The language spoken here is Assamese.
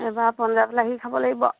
এইবাৰ পঞ্জাৱ লাাহি খাব লাগিব আৰু